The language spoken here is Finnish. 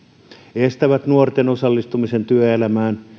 estävät nuorten osallistumisen työelämään